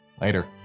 later